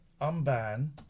Unban